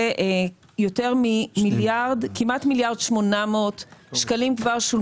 ושולמו חזרה לקופה כמעט 1.8 מיליארד שקלים.